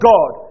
God